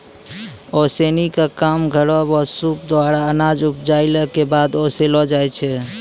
ओसौनी क काम घरो म सूप द्वारा अनाज उपजाइला कॅ बाद ओसैलो जाय छै?